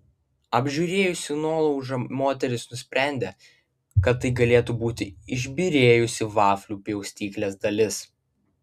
apžiūrėjusi nuolaužą moteris nusprendė kad tai galėtų būti išbyrėjusi vaflių pjaustyklės dalis